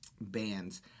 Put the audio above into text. bands